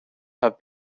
have